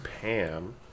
Pam